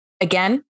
again